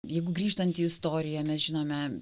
jeigu grįžtant į istoriją mes žinome